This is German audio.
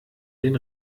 den